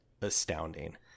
astounding